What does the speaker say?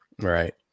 Right